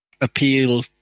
appeal